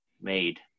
made